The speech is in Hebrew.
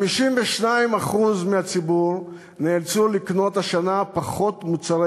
52% מהציבור נאלצו לקנות השנה פחות מוצרי